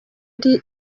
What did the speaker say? ari